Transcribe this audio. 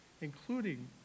including